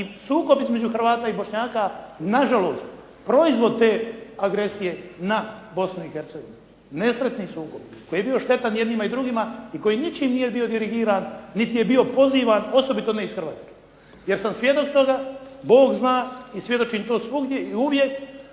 i sukob između Hrvata i Bošnjaka nažalost proizvod te agresije na B osnu i Hercegovinu. Nesretni sukob koji je bio štetan jednima i drugima i koji ničim nije bio dirigiran niti je bio pozivan, osobito ne iz Hrvatske, jer sam svjedok toga, Bog zna i svjedočim to svugdje i uvijek.